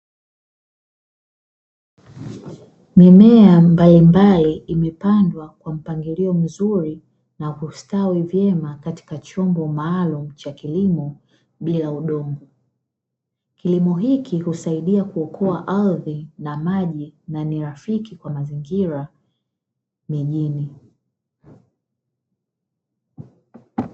Mimea mbalimbali imepandwa kwa ampangilio mzuri na kustawi vyema katika chombo maalumu cha kilimo bila udongo. Kilimo hiki husaidia kuokoa ardhi na maji na ni rafiki kwa mazingira mijini.